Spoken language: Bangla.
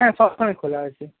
হ্যাঁ সবসময় খোলা আছে